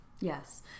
Yes